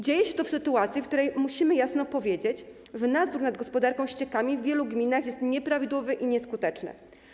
Dzieje się to w sytuacji, w której musimy jasno powiedzieć, że nadzór nad gospodarką ściekami w wielu gminach jest nieprawidłowy i nieskuteczny.